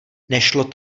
nešlo